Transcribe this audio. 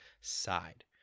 side